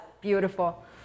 beautiful